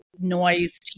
noise